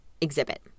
exhibit